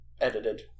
edited